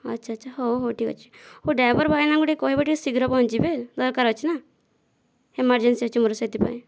ଆଛା ଆଛା ହେଉ ହେଉ ଠିକ୍ ଅଛି ହେଉ ଡ୍ରାଇଭର ଭାଇନାଙ୍କୁ ଟିକିଏ କହିବ ଟିକିଏ ଶୀଘ୍ର ପହଞ୍ଚିଯିବେ ଦରକାର ଅଛିନା ଏମରଜେନ୍ସି ଅଛି ମୋର ସେଥିପାଇଁ